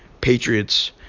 Patriots